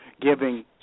giving